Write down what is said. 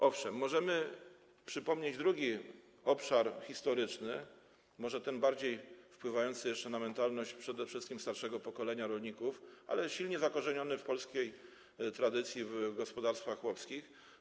Owszem, możemy przypomnieć drugi obszar historyczny, może jeszcze ten bardziej wpływający na mentalność przede wszystkim starszego pokolenia rolników, ale silnie zakorzeniony w polskiej tradycji, w gospodarstwach chłopskich.